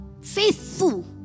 faithful